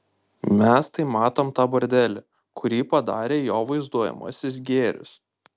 mes tai matom tą bordelį kurį padarė jo vaizduojamasis gėris